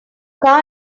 car